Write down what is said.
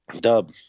Dub